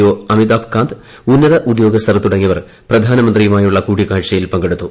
O Amitabh Kant ഉന്നത് കൃഷ്ട്യോഗസ്ഥർ തുടങ്ങിയവർ പ്രധാനമന്ത്രിയുമായുള്ള കൂടിക്ക്കാഴ്ചയിൽ പങ്കെടുത്തു